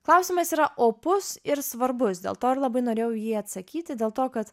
klausimas yra opus ir svarbus dėl to ir labai norėjau į jį atsakyti dėl to kad